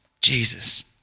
Jesus